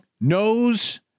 knows